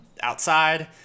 outside